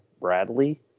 Bradley